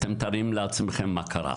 אתם מתארים לעצמכם מה קרה.